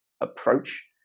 approach